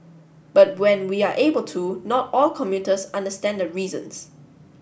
but when we are able to not all commuters understand the reasons